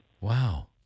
Wow